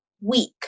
weak